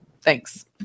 Thanks